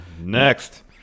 Next